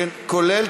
כולל,